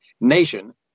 nation